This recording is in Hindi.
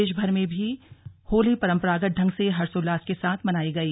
प्रदेशभर में भी होली परम्रागत ढंग से हर्षोल्लास के साथ मनाई गई